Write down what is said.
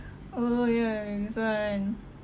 oh ya ya that's why